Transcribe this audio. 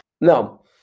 No